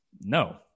no